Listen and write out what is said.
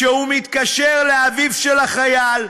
כשהוא מתקשר לאביו של החייל,